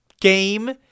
game